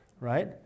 right